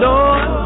Lord